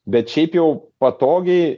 bet šiaip jau patogiai